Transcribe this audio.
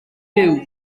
byw